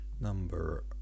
Number